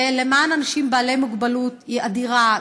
ולמען אנשים בעלי מוגבלות היא אדירה.